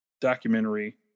documentary